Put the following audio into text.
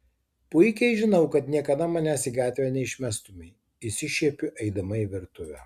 puikiai žinau kad niekada manęs į gatvę neišmestumei išsišiepiu eidama į virtuvę